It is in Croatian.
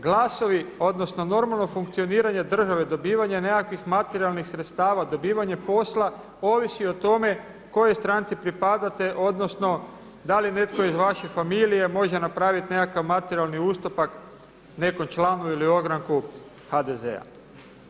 Glasovi, odnosno normalno funkcioniranje države, dobivanje nekakvih materijalnih sredstava, dobivanje posla ovisi o tome kojoj stranci pripadate odnosno da li netko iz vaše familije može napraviti nekakav materijalni ustupak nekom članu ili ogranku HDZ-a.